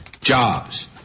jobs